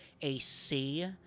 AC